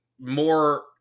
more